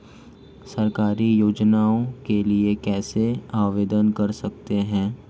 सरकारी योजनाओं के लिए कैसे आवेदन कर सकते हैं?